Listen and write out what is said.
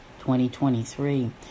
2023